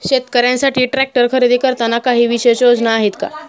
शेतकऱ्यांसाठी ट्रॅक्टर खरेदी करताना काही विशेष योजना आहेत का?